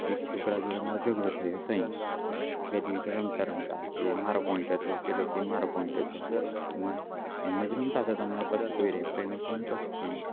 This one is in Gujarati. એક છોકરા જોડે મારે ઝઘડો થયો તહી બેડમિન્ટન રમતા રમતા કે મારો પોઈન્ટ હતો પહેલો કે મારો પોઈન્ટ હતો એમ જ રમતા અમારે પાસે કોઈ રેફરી નહોતો કશું નહોતું